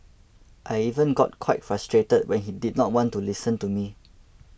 I even got quite frustrated when he did not want to listen to me